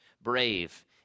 brave